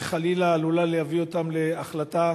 שחלילה עלולות להביא אותן להחלטה